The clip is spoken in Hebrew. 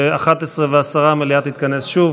בשעה 11:10 המליאה תתכנס שוב,